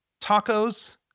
tacos